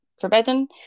forbidden